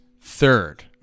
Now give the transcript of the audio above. third